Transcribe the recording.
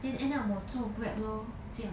then end up 我做 Grab lor 这样